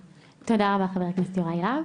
תודה רבה חבר הכנסת יוראי להב.